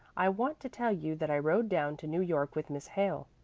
i want to tell you that i rode down to new york with miss hale.